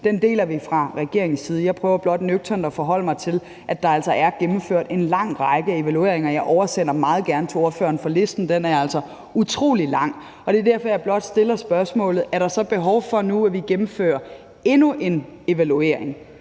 Den deler vi fra regeringens side. Jeg prøver blot nøgternt at forholde mig til, at der altså er gennemført en lang række evalueringer, og jeg oversender dem meget gerne til ordføreren, for listen er altså utrolig lang. Det er derfor, jeg blot stiller spørgsmålet: Er der så behov for nu, at vi gennemfører endnu en evaluering?